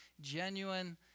genuine